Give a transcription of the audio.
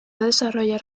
desarrollar